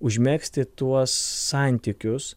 užmegzti tuos santykius